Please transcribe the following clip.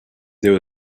there